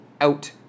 out